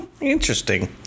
Interesting